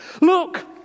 look